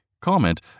comment